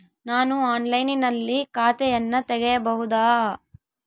ನಾನು ಆನ್ಲೈನಿನಲ್ಲಿ ಖಾತೆಯನ್ನ ತೆಗೆಯಬಹುದಾ?